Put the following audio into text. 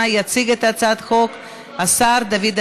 הצעת חוק הבטחת הכנסה (תיקון מס' 50)